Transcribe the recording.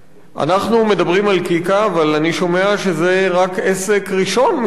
אבל אני שומע שזה רק עסק ראשון מסוגו שנסגר בימים האלה,